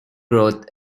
growth